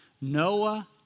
Noah